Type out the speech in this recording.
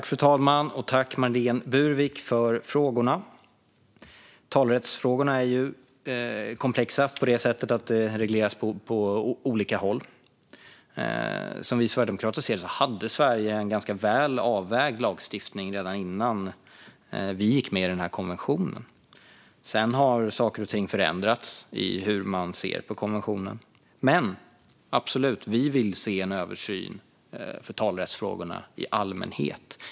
Fru talman! Jag tackar Marlene Burwick för frågan. Talerättsfrågorna är ju komplexa på det sättet att de regleras på olika håll. Som vi sverigedemokrater ser det hade Sverige en ganska väl avvägd lagstiftning redan innan vi gick med i den här konventionen. Sedan har saker och ting förändrats när det gäller hur man ser på konventionen, men vi vill absolut se en översyn av talerättsfrågorna i allmänhet.